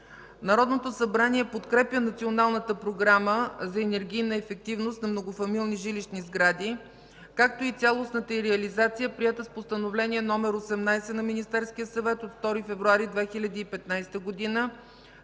Народното събрание подкрепя Националната програма за енергийна ефективност на многофамилни жилищни сгради, както и цялостната й реализация, приета с Постановление № 18 на Министерския съвет от 2 февруари 2015 г. за